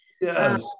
Yes